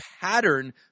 pattern